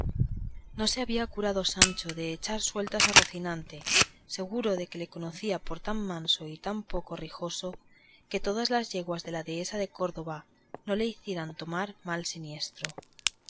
no se había curado sancho de echar sueltas a rocinante seguro de que le conocía por tan manso y tan poco rijoso que todas las yeguas de la dehesa de córdoba no le hicieran tomar mal siniestro